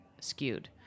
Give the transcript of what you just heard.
skewed